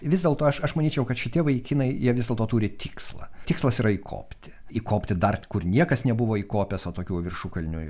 vis dėlto aš aš manyčiau kad šitie vaikinai jie vis dėlto turi tikslą tikslas yra įkopti įkopti dar kur niekas nebuvo įkopęs o tokių viršukalnių